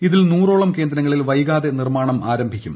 ഇതിൽ നൂറോളം ്ക്യേന്ദ്രങ്ങളിൽ വൈകാതെ നിർമാണം ആരംഭിക്കും